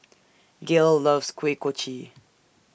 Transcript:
Gale loves Kuih Kochi